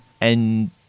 and-